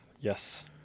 yes